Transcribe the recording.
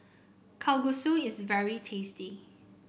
Kalguksu is very tasty